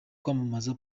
kwamamaza